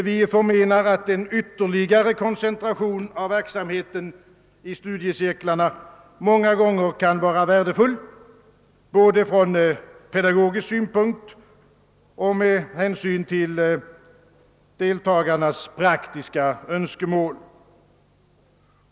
Vi menar att en ytterligare koncentration av verksamheten i studiecirklarna många gånger kan vara värdefull både från pedagogisk synpunkt och med hänsyn till deltagarnas praktiska önskemål.